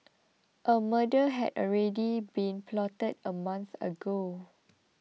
a murder had already been plotted a month ago